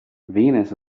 venus